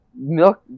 milk